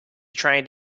trained